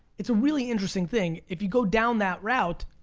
it's a really interesting thing. if you go down that route,